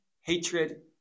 hatred